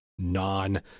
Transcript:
non